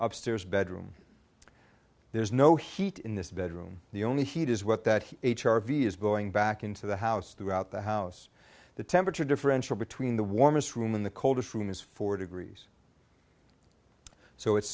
upstairs bedroom there's no heat in this bedroom the only heat is what that h r v is going back into the house throughout the house the temperature differential between the warmest room and the coldest room is four degrees so it's